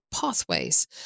pathways